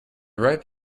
ripe